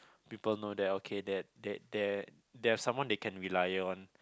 people know that okay that uh they have someone they can reliant on